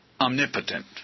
omnipotent